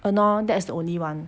!hannor! that's the only [one]